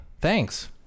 thanks